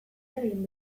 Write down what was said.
egin